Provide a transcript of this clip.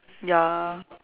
ya